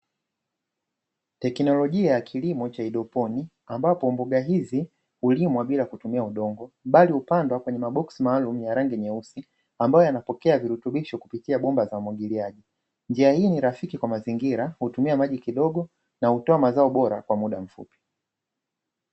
Teknolojia ya kilimo cha haidroponi ambapo mboga hizi hulimwa bila kutumia udongo, bali hupandwa kwenye maboksi maalumu ya rangi nyeusi ambayo yanapokea virutubisho kupitia bomba za umwagiliaji, njia hii ni rafiki kwa mazingira hutumia maji kidogo na hutoa mazao bora kwa muda mfupi.